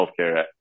healthcare